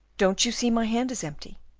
don't you see my hand is empty?